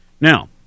Now